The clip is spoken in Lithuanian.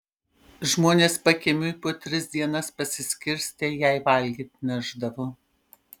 žmonės pakiemiui po tris dienas pasiskirstę jai valgyt nešdavo